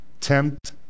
tempt